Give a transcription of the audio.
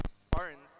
Spartans